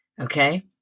Okay